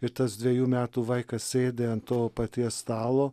ir tas dvejų metų vaikas sėdi ant to paties stalo